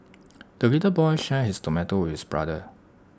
the little boy shared his tomato with brother